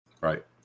Right